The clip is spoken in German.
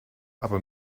aber